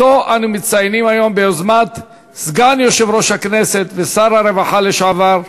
שאותו אנו מציינים היום ביוזמת סגן יושב-ראש הכנסת ושר הרווחה לשעבר,